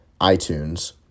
iTunes